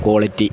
quality